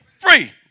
free